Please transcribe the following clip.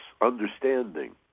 understanding